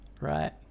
Right